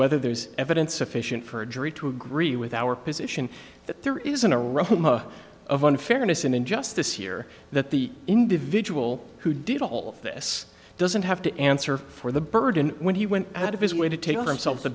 whether there's evidence sufficient for a jury to agree with our position that there isn't a right of unfairness and injustice here that the individual who did all this doesn't have to answer for the burden when he went out of his way to take themselves t